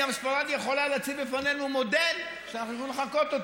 גם ספרד יכולה להציג בפנינו מודל שאנחנו יכולים לחקות: